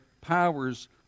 powers